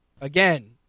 Again